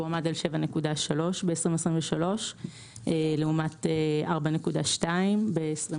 שם הוא עמד על 7.3 ב-2023 לעומת 4.2 ב-2020,